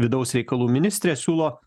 vidaus reikalų ministrė siūlo